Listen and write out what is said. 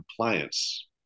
compliance